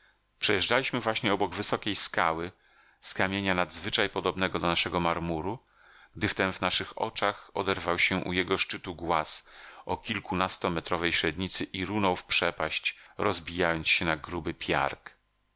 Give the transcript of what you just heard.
przejeżdżaliśmy właśnie obok wysokiej skały z kamienia nadzwyczaj podobnego do naszego marmuru gdy wtem w naszych oczach oderwał się u jej szczytu głaz o kilkunastometrowej średnicy i runął w przepaść rozbijając się na gruby piarg